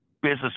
business